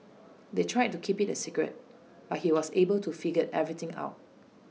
they tried to keep IT A secret but he was able to figure everything out